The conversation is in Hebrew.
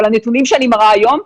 אבל הנתונים שאני מראה היום,